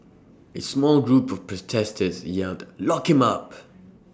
A small group of protesters yelled lock him up